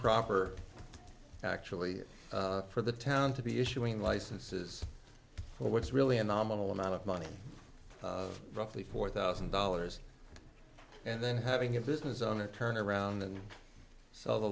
proper actually for the town to be issuing licenses for what is really a nominal amount of money roughly four thousand dollars and then having a business owner turn around and sell the